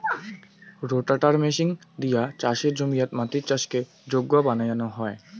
রোটাটার machine দিয়া চাসের জমিয়াত মাটিকে চাষের যোগ্য বানানো হই